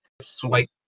swipe